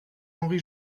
henri